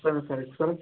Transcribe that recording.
ಸರಿ ಸರಿ ಸರಿ ಸರ್